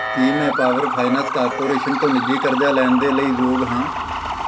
ਕੀ ਮੈਂ power finance corporation ਤੋਂ ਨਿੱਜੀ ਕਰਜ਼ਾ ਲੈਣ ਦੇ ਲਈ ਯੋਗ ਹਾਂ